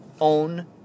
own